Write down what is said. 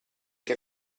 che